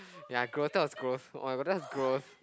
ya gross that was gross oh-my-god that was gross